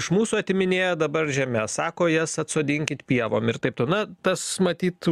iš mūsų atiminėjo dabar žeme sako jas atsodinkit pievom ir taip to na tas matyt